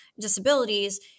disabilities